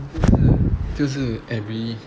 就是 every